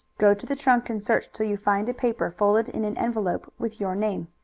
go to the trunk and search till you find a paper folded in an envelope with your name.